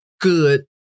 Good